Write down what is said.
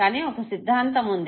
కానీ ఒక సిద్ధాంతం ఉంది